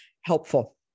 helpful